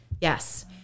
Yes